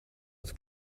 het